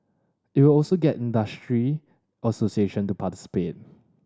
it will also get industry association to participate